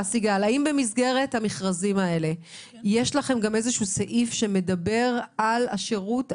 האם במסגרת המכרזים האלה יש לכם סעיף שמדבר על השירות,